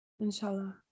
inshallah